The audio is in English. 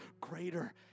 greater